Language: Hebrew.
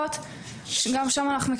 למה לא